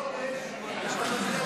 חודש --- הדחייה